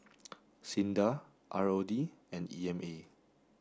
SINDA ROD and E M A